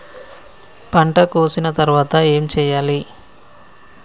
పంట కోసిన తర్వాత ఏం చెయ్యాలి?